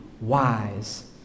wise